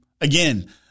Again